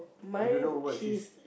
I don't know what she's